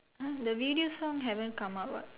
!huh! the video song haven't come out what